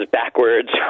backwards